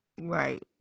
right